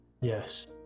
yes